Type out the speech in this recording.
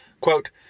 quote